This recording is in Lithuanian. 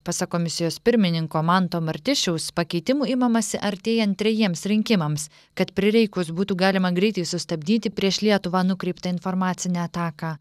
pasak komisijos pirmininko manto martišiaus pakeitimų imamasi artėjant trejiems rinkimams kad prireikus būtų galima greitai sustabdyti prieš lietuvą nukreiptą informacinę ataką